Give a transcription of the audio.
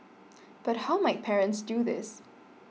but how might parents do this